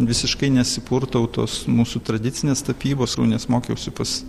visiškai nesipurtau tos mūsų tradicinės tapybos nes mokiausi pas